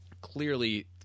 Clearly